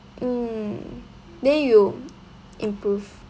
mm then you improve